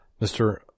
Mr